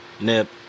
Nip